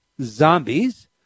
Zombies